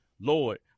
Lord